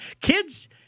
kids